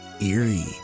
eerie